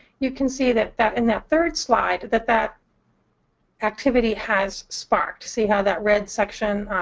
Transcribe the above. you can see that that in that third slide that that activity has sparked. see how that red section